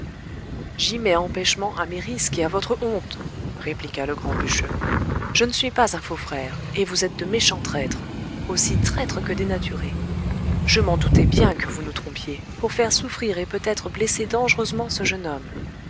j'y mets empêchement à mes risques et à votre honte répliqua le grand bûcheux je ne suis pas un faux frère et vous êtes de méchants maîtres aussi traîtres que dénaturés je m'en doutais bien que vous nous trompiez pour faire souffrir et peut-être blesser dangereusement ce jeune homme